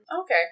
Okay